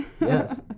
yes